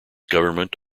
government